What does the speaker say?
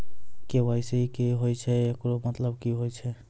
KYC की होय छै, एकरो मतलब की होय छै?